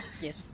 yes